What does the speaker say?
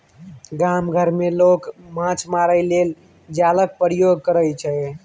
गाम घर मे लोक माछ मारय लेल जालक प्रयोग करय छै